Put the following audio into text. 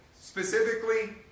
specifically